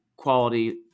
quality